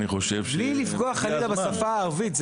בלי לפגוע חלילה בשפה הערבית.